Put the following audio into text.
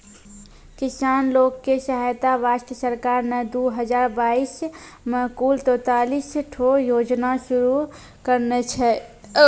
किसान लोग के सहायता वास्तॅ सरकार नॅ दू हजार बाइस मॅ कुल तेतालिस ठो योजना शुरू करने छै